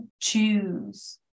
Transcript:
Choose